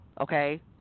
okay